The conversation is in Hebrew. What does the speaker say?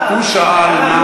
הוא שאל מה,